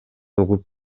угуп